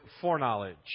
foreknowledge